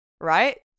right